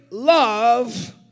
Love